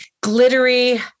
glittery